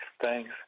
Thanks